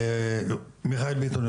מיכאל ביטון,